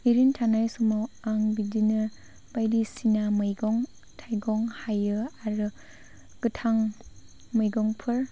ओरैनो थानाय समाव आं बिदिनो बायदिसिना मैगं थाइगं हायो आरो गोथां मैगंफोर